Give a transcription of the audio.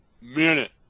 minute